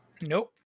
Nope